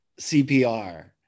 CPR